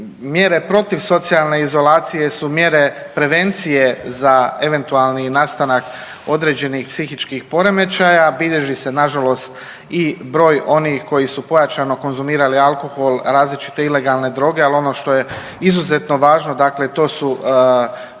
mjere protiv socijalne izolacije su mjere prevencije za eventualni nastanak određenih psihičkih poremećaja. Bilježi se na žalost i broj onih koji su pojačano konzumirali alkohol, različite ilegalne droge. Ali ono što je izuzetno važno, dakle to su